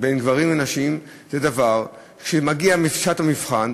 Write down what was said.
בין גברים לנשים זה דבר שהנה, כשמגיעה שעת המבחן,